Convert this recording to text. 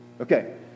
Okay